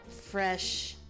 Fresh